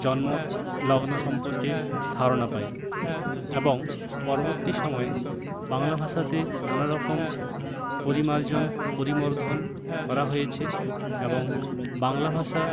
জন্মর লগ্ন সম্পর্কে ধারণা পাই এবং পরবর্তী সময়ে বাংলা ভাষাতে নানারকম পরিমার্জন পরিবর্ধন করা হয়েছে এবং বাংলা ভাষা